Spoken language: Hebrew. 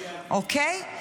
אוקיי?